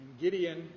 Gideon